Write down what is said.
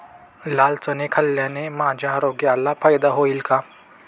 लाल चणे खाल्ल्याने माझ्या आरोग्याला फायदा होईल का?